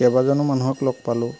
কেইবাজনো মানুহক লগ পালোঁ